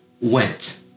went